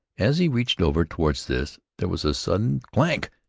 as he reached over toward this, there was a sudden clank,